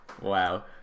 Wow